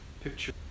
picture